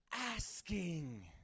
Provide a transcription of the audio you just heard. asking